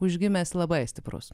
užgimęs labai stiprus